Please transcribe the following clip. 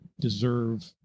deserve